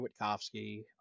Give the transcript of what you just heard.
Witkowski